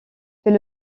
fait